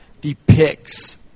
depicts